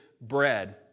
bread